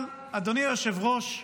אבל אדוני היושב-ראש,